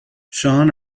sean